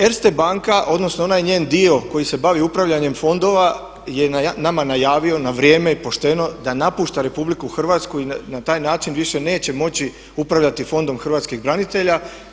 Erste banka odnosno onaj njen dio koji se bavi upravljanjem fondova je nama najavio na vrijeme i pošteno da napušta Republiku Hrvatsku i na taj način više neće moći upravljati Fondom hrvatskih branitelja.